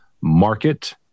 market